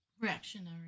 reactionary